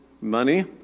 money